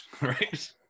Right